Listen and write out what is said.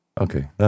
Okay